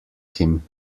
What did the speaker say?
him